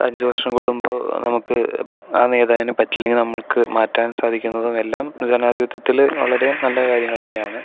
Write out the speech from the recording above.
അഞ്ചു വർഷം കൂടുമ്പോൾ നമുക്ക് ആ നേതാവിനെ പറ്റില്ലെങ്കിൽ നമ്മൾക്ക് മാറ്റാൻ സാധിക്കുന്നതും എല്ലാം ജനാധിപത്യത്തില് വളരെ നല്ല കാര്യങ്ങള് തന്നെയാണ്